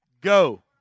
Go